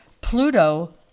Pluto